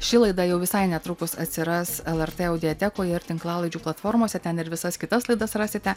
ši laida jau visai netrukus atsiras lrt audiotekoje ir tinklalaidžių platformose ten ir visas kitas laidas rasite